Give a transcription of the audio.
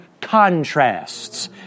contrasts